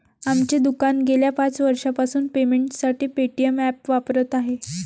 आमचे दुकान गेल्या पाच वर्षांपासून पेमेंटसाठी पेटीएम ॲप वापरत आहे